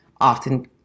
often